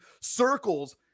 Circles